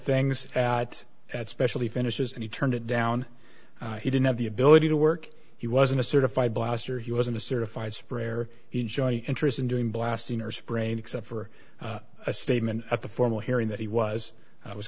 things at that specialty finishes and he turned it down he didn't have the ability to work he wasn't a certified blaster he wasn't a certified sprayer he joined interest in doing blasting or spraying except for a statement at the formal hearing that he was at was